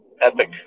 epic